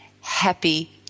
happy